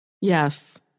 Yes